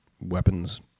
weapons